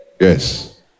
Yes